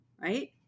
right